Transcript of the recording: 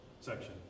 section